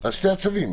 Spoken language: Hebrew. על שני הצווים.